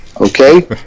Okay